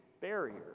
barrier